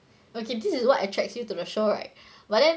okay this is what attracts you to the show right but then